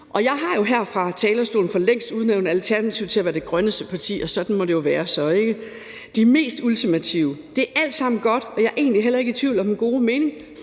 og jeg har jo her fra talerstolen for længst udnævnt Alternativet til at være det grønneste parti, og sådan må det jo være, ikke? De er de mest ultimative. Det er alt sammen godt, og jeg er egentlig heller ikke i tvivl om den gode mening